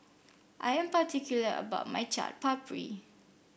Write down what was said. I am particular about my Chaat Papri